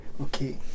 okay